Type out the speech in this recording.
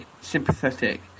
sympathetic